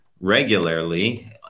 regularly